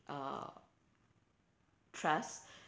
uh trust